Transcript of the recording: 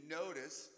notice